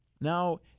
Now